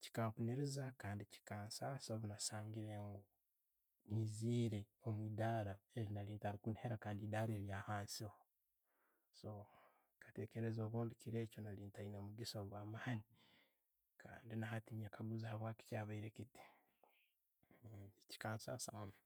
chikampuniiriiza kandi chikansansa bwenasangiire nyiizire omwidaara lyekaba ntakuniira, kandi diiri lyahansiho. So nkatekereza obundi kirekyo nkaba ntaina omugisa ogwo amaani kandi na'hati nekaguuza habwaki kyabaire kiti, kinkansasa munno.